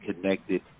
connected